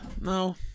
No